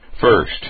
First